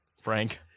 Frank